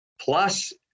plus